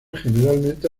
generalmente